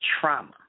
trauma